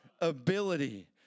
ability